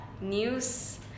news